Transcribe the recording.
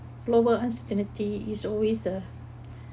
however uncertainty is always a